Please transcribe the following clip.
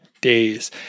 days